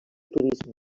turisme